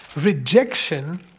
rejection